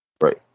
right